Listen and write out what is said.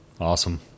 Awesome